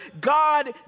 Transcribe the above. God